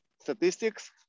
statistics